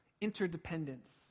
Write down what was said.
interdependence